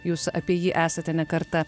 jūs apie jį esate ne kartą